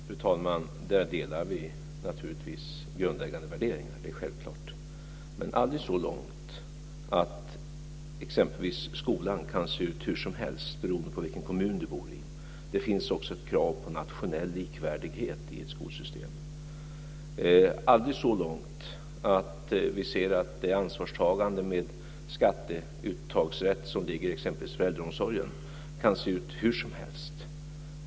Fru talman! Där delar vi naturligtvis grundläggande värderingar men aldrig så långt att exempelvis skolan kan se ut hur som helst beroende på i vilken kommun du bor - det finns ju också ett krav på nationell likvärdighet i ett skolsystem - och aldrig så långt att vi ser att det ansvarstagande med skatteuttagsrätt som ligger exempelvis på äldreomsorgen kan se ut hur som helst.